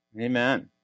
Amen